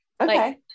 Okay